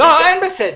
לא, אין בסדר.